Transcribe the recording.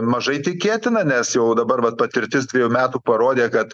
mažai tikėtina nes jau dabar vat patirtis dviejų metų parodė kad